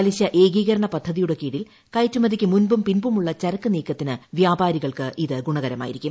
പലിശ ഏകീകരണ പദ്ധതിയുടെ കീഴിൽ കയറ്റുമതിക്ക് മുൻപും പിൻപുമുള്ള ചരക്ക് നീക്കത്തിന് വ്യാപാരികൾക്ക് ഇത് ഗുണകരമായിരിക്കും